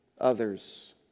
others